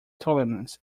tolerance